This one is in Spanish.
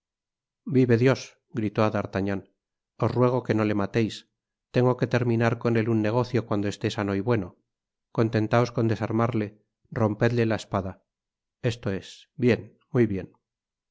vive dios gritó á d'artagnan os ruego que no le mateis tengo que terminar con él un negocio cuando esté sano y bueno contentaos con desarmarle rompedle la espada esto es bien muy bien